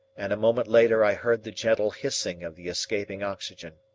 and a moment later i heard the gentle hissing of the escaping oxygen.